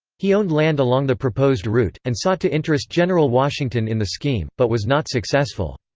he owned land along the proposed route, and sought to interest general washington in the scheme, but was not successful.